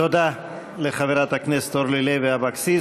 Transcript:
תודה לחברת הכנסת אורלי לוי אבקסיס.